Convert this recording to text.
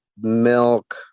Milk